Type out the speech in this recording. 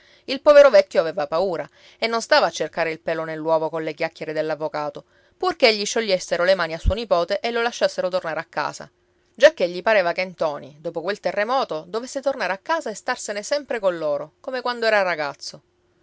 il povero vecchio aveva paura e non stava a cercare il pelo nell'uovo colle chiacchiere dell'avvocato purché gli sciogliessero le mani a suo nipote e lo lasciassero tornare a casa giacché gli pareva che ntoni dopo quel terremoto dovesse tornare a casa e starsene sempre con loro come quando era ragazzo